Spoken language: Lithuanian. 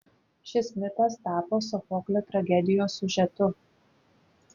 šis mitas tapo sofoklio tragedijos siužetu